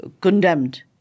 condemned